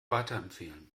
weiterempfehlen